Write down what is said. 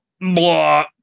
blah